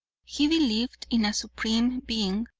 he believed in a supreme being,